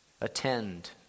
Attend